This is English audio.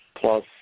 plus